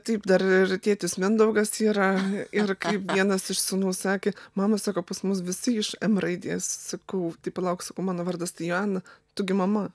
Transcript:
taip dar ir tėtis mindaugas yra ir kaip vienas iš sūnų sakė mama sako pas mus visi iš m raidės sakau tai palauk sakau mano vardas tai joana tu gi mama